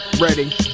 ready